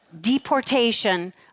deportation